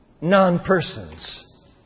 non-persons